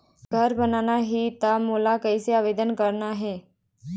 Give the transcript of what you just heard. घर बनाना ही त मोला कैसे आवेदन करना हे?